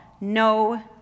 no